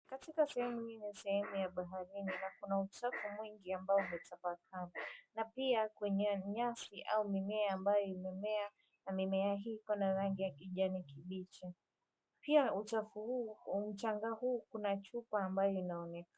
Katika sehemu hii ya sehemu ya baharini na kuna uchafu mwingi ambao umetapakaa, na pia kwenye nyasi au mimea ambayo imemea. Mimea hii iko na rangi ya kijani kibichi. Pia uchafu huu, mchanga huu kuna chupa ambayo inaonekana.